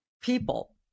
people